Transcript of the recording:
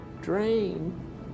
drain